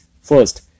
First